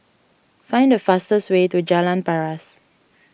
find the fastest way to Jalan Paras